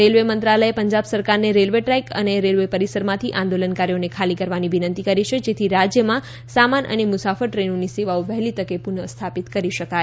railway મંત્રાલયે પંજાબ સરકારને railway track અને રેલ્વે પરિસરમાંથી આંદોલનકારીઓ ખાલી કરવાની વિનંતી કરી છે જેથી રાજ્યમાં સામાન અને મુસાફર ટ્રેનોની સેવાઓ વહેલી તકે પુન સ્થાપિત કરી શકાય